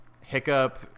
Hiccup